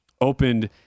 opened